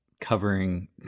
covering